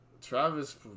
Travis